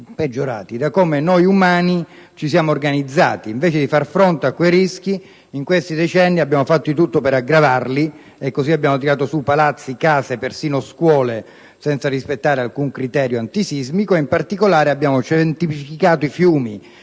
in cui noi umani ci siamo organizzati. Invece di far fronte a quei rischi, in questi decenni, abbiamo fatto di tutto per aggravarli e così abbiamo tirato su palazzi, case, persino scuole senza rispettare alcun criterio antisismico; abbiamo cementificato i fiumi